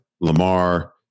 Lamar